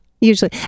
usually